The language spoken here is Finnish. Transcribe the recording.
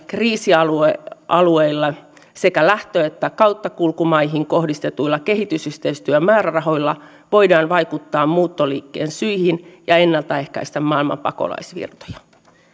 kriisialueille sekä lähtö että kauttakulkumaihin kohdistetuilla kehitysyhteistyömäärärahoilla voidaan vaikuttaa muuttoliikkeen syihin ja ennaltaehkäistä maailman pakolaisvirtoja